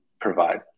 provide